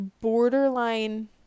borderline